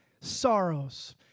sorrows